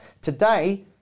Today